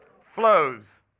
Flows